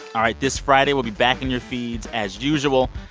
all right. this friday, we'll be back in your feeds as usual.